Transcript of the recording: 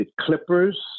Clippers